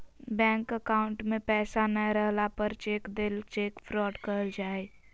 bank account में पैसा नय रहला पर चेक देल चेक फ्रॉड कहल जा हइ